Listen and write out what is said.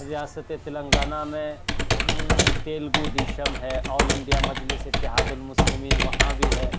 ریاستِ تلنگانہ میں تیلگو دیشم ہے آل انڈیا مجلس اتحاد المسلمین وہاں بھی ہے